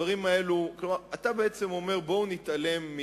אתה אומר: בואו נתעלם,